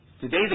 Today